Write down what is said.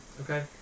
Okay